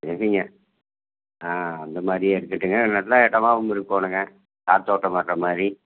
சரிங்க ஆ அந்தமாதிரியே இருக்கட்டுங்க நல்ல இடமாவும் இருக்கணுங்க காற்றோட்டம் வர மாதிரி